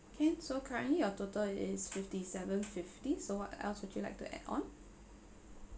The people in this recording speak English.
okay so currently you are total is fifty-seven fifty so what else would you like to add on